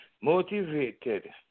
motivated